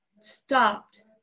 stopped